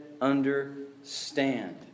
understand